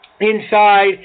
inside